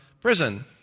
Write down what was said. prison